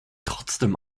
trotzdem